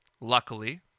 luckily